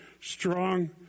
strong